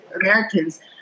Americans